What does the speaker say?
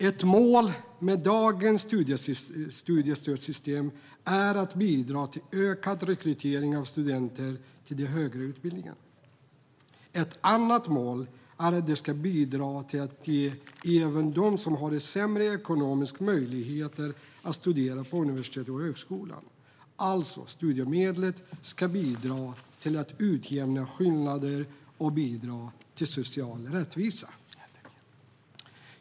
Ett mål med dagens studiestödssystem är att det ska bidra till ökad rekrytering av studenter till den högre utbildningen. Ett annat mål är att det ska bidra till att ge även dem som har sämre ekonomisk bakgrund möjligheter att studera på universitet och högskola. Alltså ska studiemedlet bidra till att utjämna skillnader och bidra till social rättvisa.